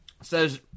says